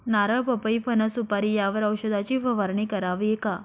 नारळ, पपई, फणस, सुपारी यावर औषधाची फवारणी करावी का?